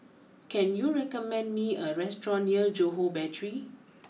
can you recommend me a restaurant near Johore Battery